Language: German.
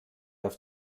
auf